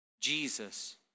Jesus